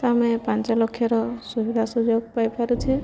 ଆମେ ପାଞ୍ଚ ଲକ୍ଷର ସୁବିଧା ସୁଯୋଗ ପାଇପାରୁଛେ